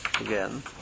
again